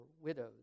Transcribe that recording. widows